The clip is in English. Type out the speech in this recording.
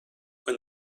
when